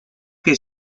que